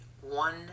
one